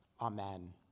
Amen